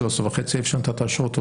ה-13,500 שנתת אשרות?